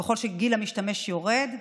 וככל שגיל המשתמש יורד,